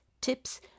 tips